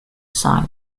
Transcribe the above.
site